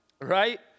right